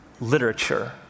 literature